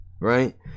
right